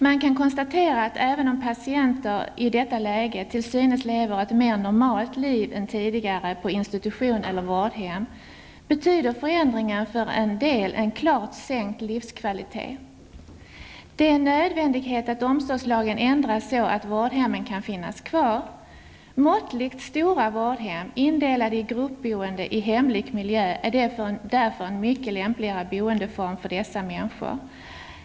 Man kan konstatera att även om patienter i detta läge till synes lever ett mer ''normalt'' liv än tidigare på institution eller vårdhem, betyder förändringen för en del en klart sänkt livskvalitet. Det är en nödvändighet att omsorgslagen ändras så att vårdhemmen kan finnas kvar. Måttligt stora vårdhem indelade i gruppboende i hemlik miljö är därför en mycket lämpligare boendeform för dessa människor.